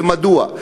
מדוע?